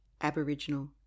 Aboriginal